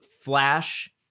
Flash